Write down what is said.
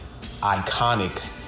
iconic